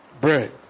bread